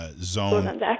zone